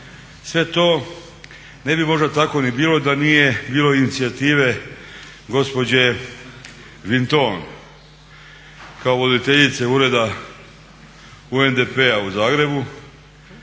Sve to ne bi možda tako ni bilo da nije bilo inicijative gospođe Vinton kao voditeljice Ureda UNDP-a u Zagrebu